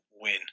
win